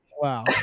wow